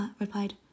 replied